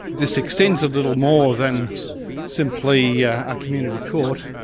this extends a little more than simply yeah a community court,